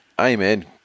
Amen